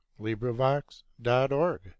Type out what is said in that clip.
LibriVox.org